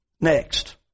Next